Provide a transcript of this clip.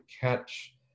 catch